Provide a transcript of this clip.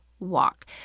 walk